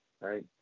right